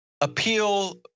appeal